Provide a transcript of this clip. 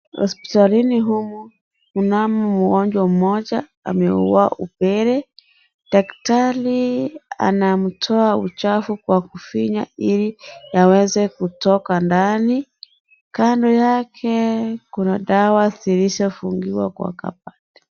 Hospitalini humu kunamo mgonjwa mmoja, ameugua upele. Daktari anamtoa uchafu kwa kufinya ili yaweze kutoka ndani. Kando yake kuna dawa zilizofungiwa kwa kabati.